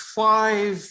five